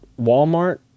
Walmart